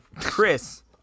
chris